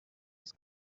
this